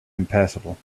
impassable